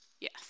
Yes